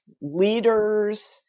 leaders